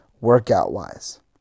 workout-wise